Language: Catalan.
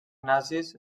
nazis